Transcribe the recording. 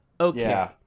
okay